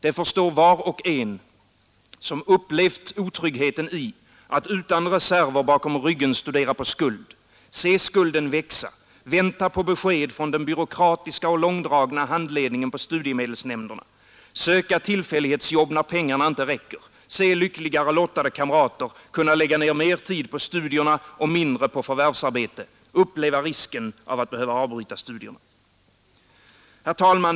Det förstår var och en som upplevt otryggheten i att utan reserver bakom ryggen studera på skuld, se skulden växa, vänta på besked från den byråkratiska och långdragna handläggningen på studiemedelsnämnderna, söka tillfällighetsjobb när pengarna inte räcker, se lyckligare lottade kamrater kunna lägga ner mer tid på studierna och mindre tid på förvärvsarbete, uppleva risken att behöva avbryta studierna. Herr talman!